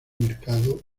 mercado